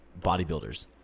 bodybuilders